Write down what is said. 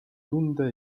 tunde